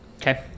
Okay